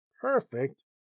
perfect